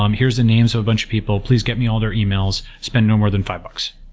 um here's the names of a bunch of people, please get me all their emails. spend no more than five bucks.